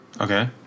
Okay